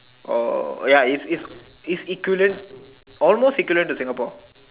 or ya it's it's it's equivalent almost equivalent to Singapore